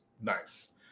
nice